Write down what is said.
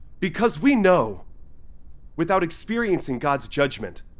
because we know without experiencing god's judgment,